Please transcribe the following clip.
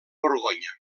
borgonya